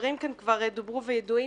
שהדברים כבר דוברו כאן והם ידועים.